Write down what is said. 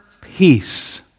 peace